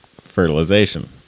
fertilization